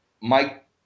Mike